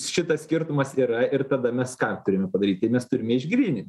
šitas skirtumas yra ir tada mes ką turime padaryt tai mes turime išgrynint